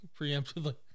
preemptively